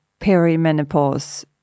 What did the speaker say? perimenopause